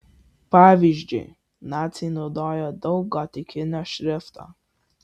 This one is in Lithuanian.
pavyzdžiui naciai naudojo daug gotikinio šrifto